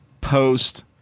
Post